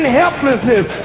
helplessness